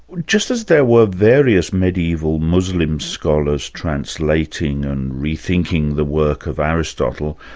just as there were various medieval muslim scholars translating and rethinking the work of aristotle,